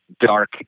dark